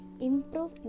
Improve